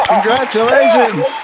Congratulations